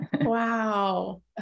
Wow